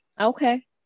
okay